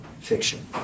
fiction